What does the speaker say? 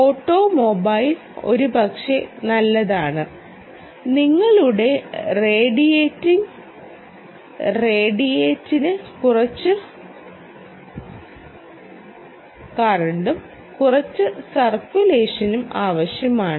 automobile ഒരുപക്ഷേ നല്ലതാണ് നിങ്ങളുടെ റേഡിയേറ്റിംഗ് റേഡിയേറ്ററിന് കുറച്ച് കൂളൻ്റും കുറച്ച് സർക്കുലേറ്ററും ആവശ്യമുണ്ട്